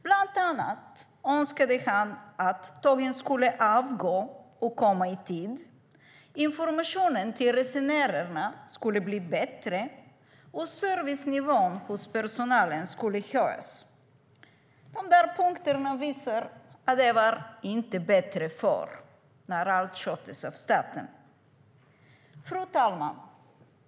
Bland annat önskade han att tågen skulle avgå och komma i tid, att informationen till resenärerna skulle bli bättre och att servicenivån hos personalen skulle höjas. Dessa punkter visar att det inte var bättre förr när allt sköttes av staten. Fru talman!